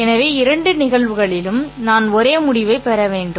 எனவே இரண்டு நிகழ்வுகளிலும் நான் ஒரே முடிவைப் பெற வேண்டும்